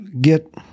get